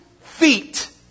feet